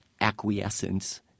acquiescence